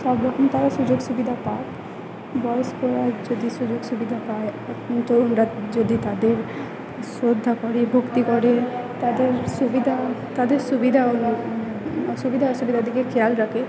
সবরকম তারা সুযোগ সুবিধা পাক বয়স্করা যদি সুযোগ সুবিধা পায় তোমরা যদি তাদের শ্রদ্ধা করে ভক্তি করে তাদের সুবিধা তাদের সুবিধা হল সুবিধা অসুবিধার দিকে খেয়াল রাখে